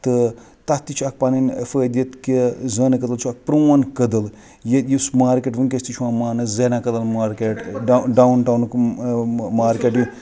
تہٕ تَتھ تہِ چھ پَنٕنۍ فٲدِیَت کہِ زٲنہٕ کٕدل چھُ اَکھ پرٛون کدل یُس مارکیٹ وٕنکیس تہِ چھُ یِوان ماننہٕ زینا کٕدل مارکیٹ ڈَاوُن ٹاونُک مارکیٹ